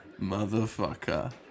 motherfucker